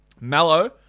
Mallow